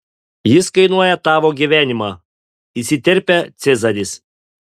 jis kainuoja tavo gyvenimą įsiterpia cezaris